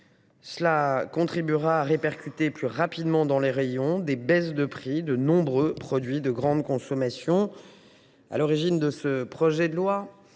cela contribuera à répercuter plus rapidement dans les rayons les baisses de prix de nombreux produits de grande consommation. À l’origine de ce projet de loi,